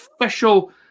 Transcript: official